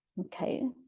okay